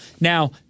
Now